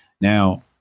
Now